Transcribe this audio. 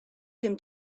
him